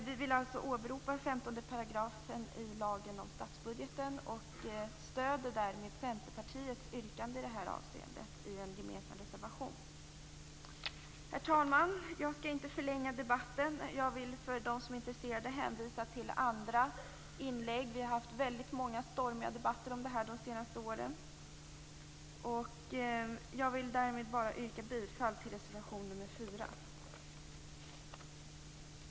Vi åberopar här 15 § i lagen om statsbudgeten och stöder därmed Centerpartiets yrkande i detta avseende i en gemensam reservation. Herr talman! Jag skall inte förlänga debatten. För dem som är intresserade kan jag hänvisa till andra inlägg. Vi har haft väldigt många stormiga debatter om detta de senaste åren. Jag yrkar därmed bifall till reservation 4.